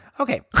Okay